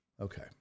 okay